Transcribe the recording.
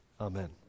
Amen